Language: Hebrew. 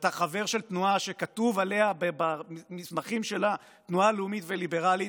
ואתה חבר של תנועה שכתוב עליה במסמכים שלה שהיא תנועה לאומית וליברלית,